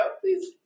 please